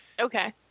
Okay